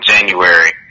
January